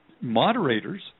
moderators